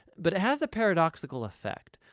but it has a paradoxical effect.